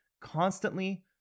constantly